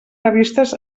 revistes